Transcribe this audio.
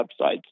websites